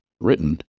written